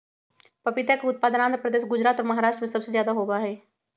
पपीता के उत्पादन आंध्र प्रदेश, गुजरात और महाराष्ट्र में सबसे ज्यादा होबा हई